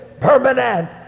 permanent